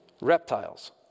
Reptiles